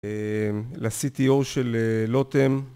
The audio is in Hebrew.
לCTO של לוטם